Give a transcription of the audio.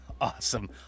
awesome